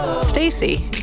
Stacey